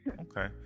Okay